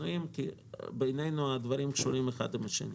אנחנו מתחילים את השבוע עם דיון דחוף בסוגיית הפינויים בדיור הציבורי.